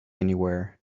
anywhere